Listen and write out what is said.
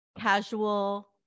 casual